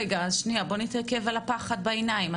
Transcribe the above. בוא נתעכב על הפחד בעיניים.